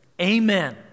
Amen